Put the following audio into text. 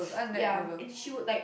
ya and she would like